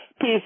Peace